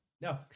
No